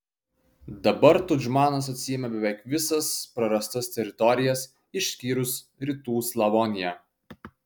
dabar tudžmanas atsiėmė beveik visas prarastas teritorijas išskyrus rytų slavoniją